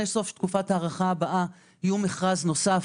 סוף תקופת הארכה הבאה יהיה מכרז נוסף.